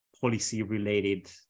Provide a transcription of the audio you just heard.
policy-related